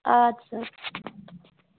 اَدٕ سا